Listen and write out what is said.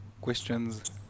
questions